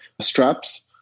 straps